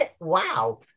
wow